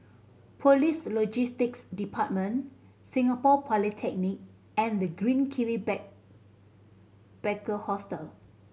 Police Logistics Department Singapore Polytechnic and The Green Kiwi Back packer Hostel